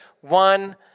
one